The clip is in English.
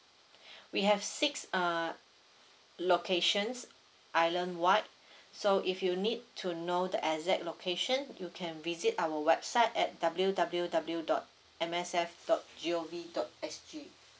we have six err locations island wide so if you need to know the exact location you can visit our website at W W W dot M S F dot G O V dot S G